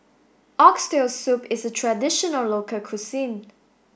oxtail soup is a traditional local cuisine